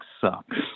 sucks